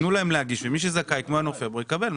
תנו להם להגיש ומי שזכאי כמו ינואר-פברואר יקבל.